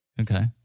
Okay